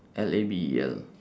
L A B E L